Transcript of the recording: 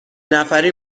نفری